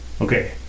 Okay